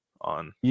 on